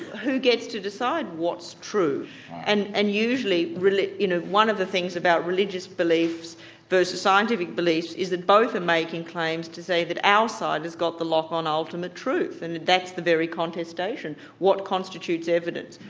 who get to decide what's true and and usually you know one of the things about religious beliefs versus scientific beliefs is that both are making claims to say that our side has got the lot on ultimate truth and that's the very contestation. what constitutes evidence?